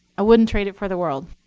i wouldn't trade it for the world.